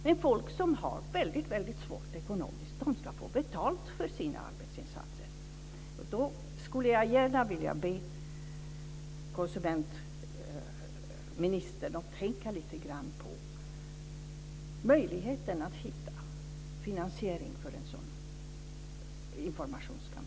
Men människor som har det väldigt svårt ekonomiskt ska få betalt för sina arbetsinsatser. Jag skulle gärna vilja be konsumentministern att tänka lite grann på möjligheten att hitta finansiering för en sådan informationskampanj.